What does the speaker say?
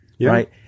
right